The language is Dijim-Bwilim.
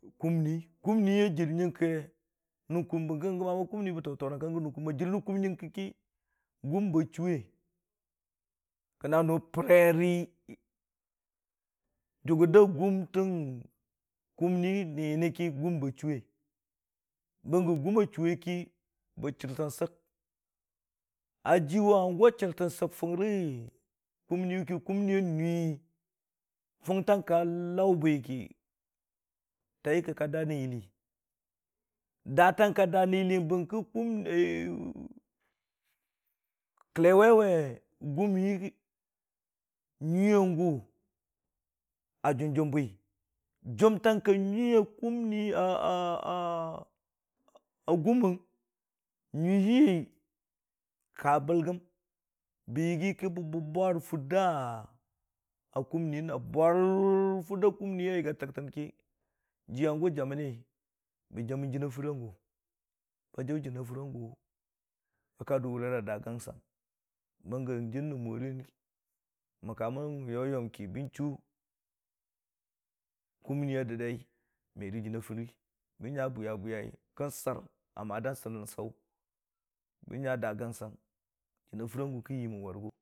Kumni kumni ye jir nyəng ke nən kum bəng kə gəmama kumni bə too- toorang kang gən kum, a jir nən kum nyəng kə ki hum ba chuuwe na nʊ pəreri dʊgər da kumni nən yəni ki gum ba chuuwe bəng gə gum a chuuwe kə bə jirtəng sək a jiwʊn hangʊ wa jirtən sək fʊngrə kumni ki kumni a nui fʊngtang ka lau bwi ki taii ki ka daa rə yɨlle daatang ka daa nən yɨlle bəng kə kumni rə. Kəlle waiwe nyuiya gʊ a jʊng jʊng bwi jʊmtang ka nyuiya gumməng nyʊi hi ka bəlgəm bə yigi kɨ bə bʊbar fur da kumni hi a bʊr fur da kumni a yigi a təktəng ki jɨ hangʊ jaməni bə jamən jɨnii a furagʊ, ba jaʊ jɨnii a fura gʊ kə ka dʊ wʊrera da gang sang bəng gə n'jir rə mori mən ka mən yoyom ki bən chuu kumni a dədai me rə jɨniiya furi bən nya a bwiya bwiyəng kən sɨr a madan sɨr nən saʊ bə nya daa gangsang.